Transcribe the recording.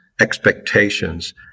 expectations